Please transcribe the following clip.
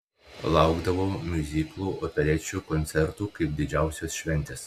laukdavau miuziklų operečių koncertų kaip didžiausios šventės